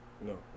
No